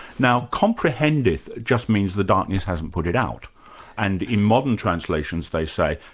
now comprehendeth just means the darkness hasn't put it out and in modern translations they say,